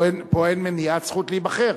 פה אין מניעת זכות להיבחר,